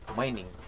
mining